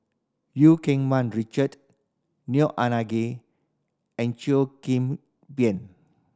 Eu Keng Mun Richard Neo Anngee and Cheo Kim Ban